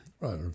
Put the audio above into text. Right